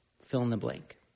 fill-in-the-blank